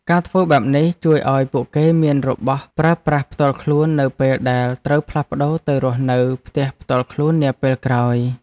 ការធ្វើបែបនេះជួយឱ្យពួកគេមានរបស់ប្រើប្រាស់ផ្ទាល់ខ្លួននៅពេលដែលត្រូវផ្លាស់ប្ដូរទៅរស់នៅផ្ទះផ្ទាល់ខ្លួននាពេលក្រោយ។